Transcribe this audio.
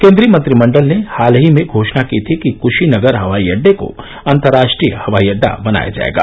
केन्द्रीय मंत्रिमंडल ने हाल ही में घोषणा की थी कि कुशीनगर हवाई अड्डे को अंतर्राष्ट्रीय हवाई अड्डा बनाया जाएगा